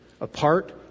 apart